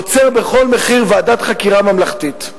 עוצר בכל מחיר ועדת חקירה ממלכתית.